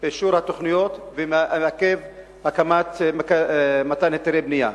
את אישור התוכניות ומעכב הקמת מתן היתרי בנייה.